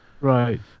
Right